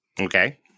Okay